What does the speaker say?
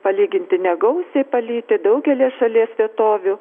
palyginti negausiai palyti daugelyje šalies vietovių